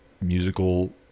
musical